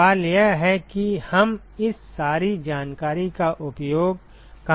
सवाल यह है कि हम इस सारी जानकारी का उपयोग कहां करते हैं